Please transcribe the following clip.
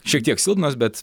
šiek tiek silpnos bet